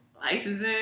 license